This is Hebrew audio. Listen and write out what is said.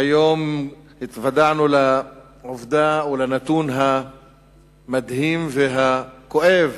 היום התוודענו לנתון המדהים והכואב,